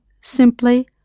simply